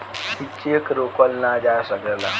ई चेक रोकल ना जा सकेला